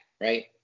right